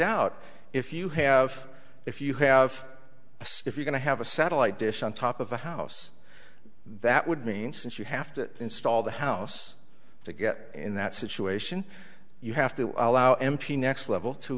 out if you have if you have a stiff we're going to have a satellite dish on top of a house that would mean since you have to install the house to get in that situation you have to allow m p next level to